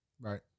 Right